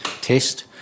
test